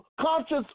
conscious